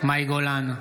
מאי גולן,